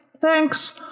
thanks